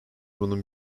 bunun